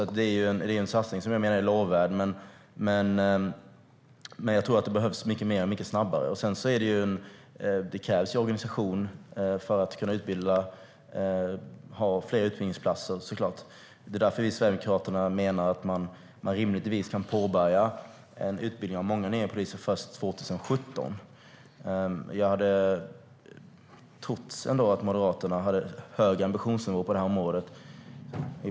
Det är en lovvärd satsning. Men jag tror att det behövs mycket mer, mycket snabbare. Det krävs också en organisation för att kunna ha fler utbildningsplatser. Därför menar Sverigedemokraterna att man rimligtvis kan påbörja en utbildning av många nya poliser först 2017. Jag hade trott att Moderaterna skulle ha högre ambitionsnivå på området.